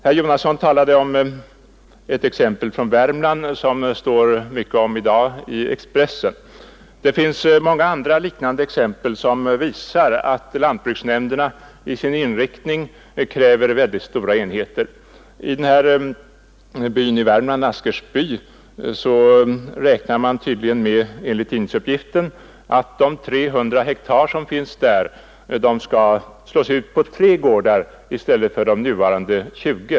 Herr Jonasson talade om ett exempel från Värmland som det står mycket om i dag i tidningen Expressen. I Askersby i Värmland räknar man tydligen enligt tidningsuppgifter med att de 300 hektar som finns där skall slås ut på tre gårdar i stället för de nuvarande 20.